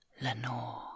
lenore